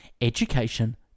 education